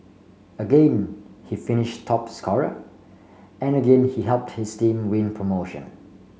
again he finish top scorer and again he help his team win promotion